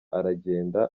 aragenda